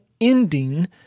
ending